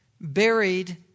buried